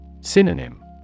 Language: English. Synonym